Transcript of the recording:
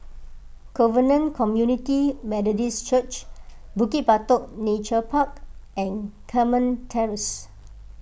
Covenant Community Methodist Church Bukit Batok Nature Park and Carmen Terrace